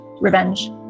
Revenge